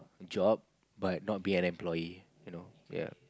job but not be an employee you know ya